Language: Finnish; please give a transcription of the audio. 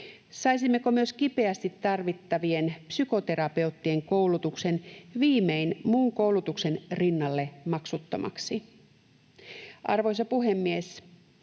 Saisimmeko myös kipeästi tarvittavien psykoterapeuttien koulutuksen viimein muun koulutuksen rinnalle maksuttomaksi? Arvoisa puhemies!